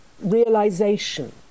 realization